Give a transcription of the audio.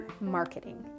marketing